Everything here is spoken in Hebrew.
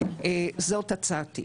זאת הצעתי.